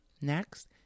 Next